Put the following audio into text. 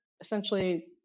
essentially